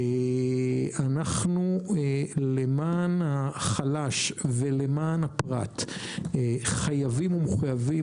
אנו למען החלש ולמען הפרט מחויבים וחייבים